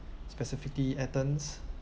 specifically athens